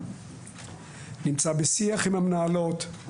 נמצא בשיח עם המנהלות,